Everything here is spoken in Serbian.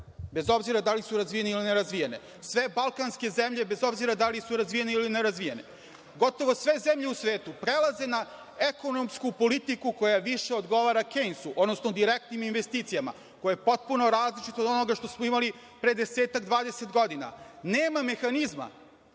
zemlje da li su razvijene ili ne razvijene, sve balkanske zemlje da li su razvijene ili nerazvijene, gotovo sve zemlje u svetu prelaze na ekonomsku politiku koja više odgovara Kejnsu, odnosno direktnim investicijama, koji je potpuno različit od onoga što smo imali pre desetak godina, 20 godina, nema mehanizma